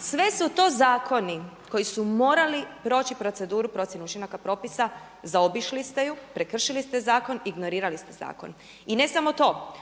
Sve su to zakoni koji su morali proći proceduru procjene učinaka propisa, zaobišli ste ju, prekršili ste zakon, ignorirali ste zakon. I ne samo to,